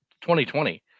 2020